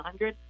100